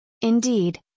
Indeed